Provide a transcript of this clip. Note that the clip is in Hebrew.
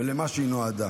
ולמה שהוא נועד.